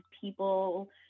people